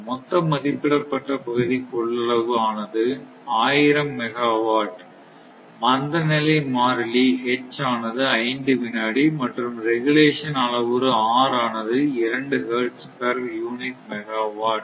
மொத்த மதிப்பிடப்பட்ட பகுதி கொள்ளளவு ஆனது 1000 மெகாவாட் மந்தநிலை மாறிலி H ஆனது 5 வினாடி மற்றும் ரெகுலேஷன் அளவுரு R ஆனது 2 ஹெர்ட்ஸ் பெர் யூனிட் மெகாவாட்